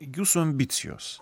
jūsų ambicijos